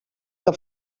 que